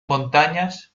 montañas